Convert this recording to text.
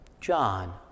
John